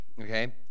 okay